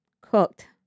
cooked